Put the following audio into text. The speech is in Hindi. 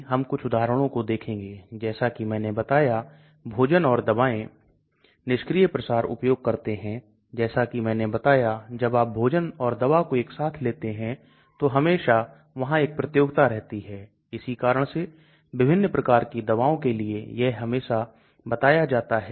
Taxol एक कैंसर रोधी दवा है और यह बेहद खराब घुलनशीलता और बायोअवेलेबिलिटी रखता है इसलिए जब आप लवण का रूप बनाते हैं तो घुलनशीलता लगभग दोगुनी बढ़ जाती है